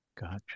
Gotcha